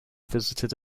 visited